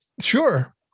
sure